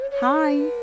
Hi